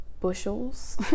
bushels